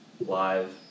live